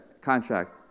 contract